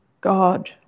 God